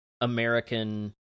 American